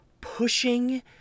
pushing